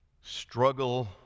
struggle